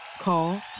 Call